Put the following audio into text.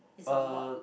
it's on board